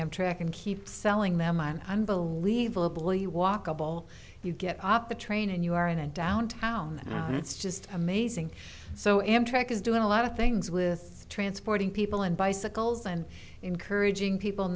amtrak and keep selling them on unbelievably walkable you get off the train and you are in a downtown and it's just amazing so amtrak is doing a lot of things with transporting people and bicycles and encouraging people